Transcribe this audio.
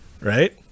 right